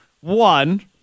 one